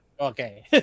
Okay